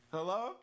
Hello